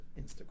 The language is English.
Instagram